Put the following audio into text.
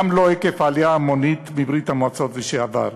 גם לא עקב העלייה ההמונית מברית-המועצות לשעבר.